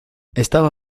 estaba